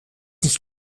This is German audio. nicht